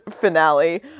finale